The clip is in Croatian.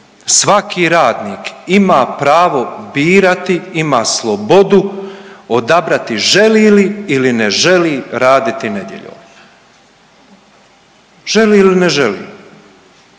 svaki radnik ima pravo birati, ima slobodu odabrati želi li ili ne želi raditi nedjeljom, želi li ili ne želi.